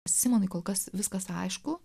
simonai kol kas viskas aišku